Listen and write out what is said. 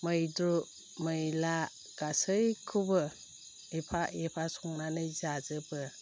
मैद्रु मैला गासैखौबो एफा एफा संनानै जाजोबो